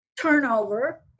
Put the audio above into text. turnover